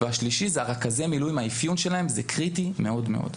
והשלישי זה רכזי המילואים - האפיון שלהם זה קריטי מאוד מאוד.